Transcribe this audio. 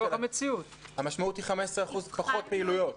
אלא המשמעות היא 15% פחות פעילויות.